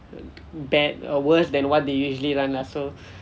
bad err worse than what they usually run lah so